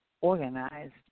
organized